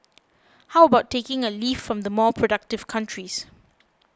how about taking a leaf from the more productive countries